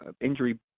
injury